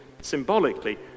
symbolically